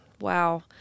Wow